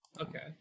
okay